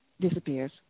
disappears